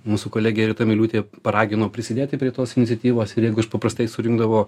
mūsų kolegė rita miliūtė paragino prisidėti prie tos iniciatyvos ir jeigu iš paprastai surinkdavo